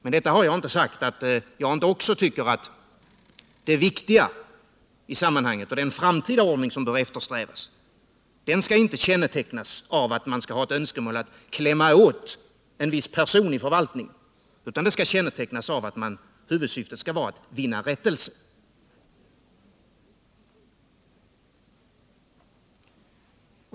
Med detta har jag inte sagt att inte också jag tycker att det viktiga i sammanhanget är att den framtida ordning som bör eftersträvas inte skall kännetecknas av något önskemål om att klämma åt någon viss person inom förvaltningen, utan huvudsyftet skall vara att vinna rättelse.